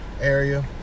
area